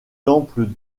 temple